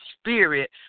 spirit